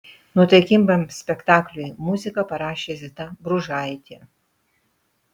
nuotaikingam spektakliui muziką parašė zita bružaitė